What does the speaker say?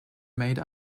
made